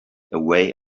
away